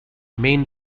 main